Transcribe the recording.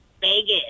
Vegas